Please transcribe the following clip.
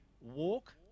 walk